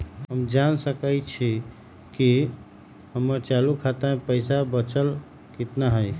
हम जान सकई छी कि हमर चालू खाता में पइसा बचल कितना हई